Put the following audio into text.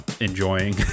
enjoying